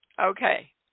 Okay